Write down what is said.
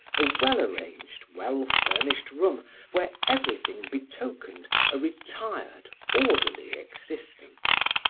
a well-arranged, well-furnished room where everything betokened a retired, orderly existence.